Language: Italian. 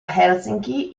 helsinki